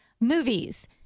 Movies